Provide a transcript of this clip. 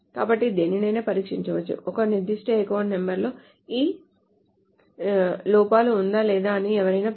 కాబట్టి దేనినైనా పరీక్షించవచ్చు ఒక నిర్దిష్ట అకౌంట్ నంబర్ ఈ లోపల ఉందా లేదా అని ఎవరైనా పరీక్షించవచ్చు